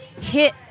hit